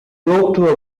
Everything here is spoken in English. woke